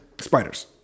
Spiders